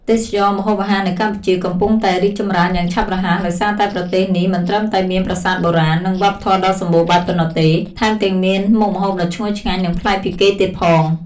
ទេសចរណ៍ម្ហូបអាហារនៅកម្ពុជា កំពុងតែរីកចម្រើនយ៉ាងឆាប់រហ័ស ដោយសារតែប្រទេសនេះមិនត្រឹមតែមានប្រាសាទបុរាណ និងវប្បធម៌ដ៏សម្បូរបែបប៉ុណ្ណោះទេ ថែមទាំងមានមុខម្ហូបដ៏ឈ្ងុយឆ្ងាញ់ និងប្លែកពីគេទៀតផង ។